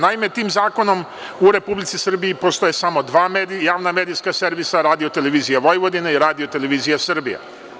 Naime, tim zakonom u Republici Srbiji postoje samo dva javna medijska servisa: Radio-televizija Vojvodine i Radio-televizija Srbije.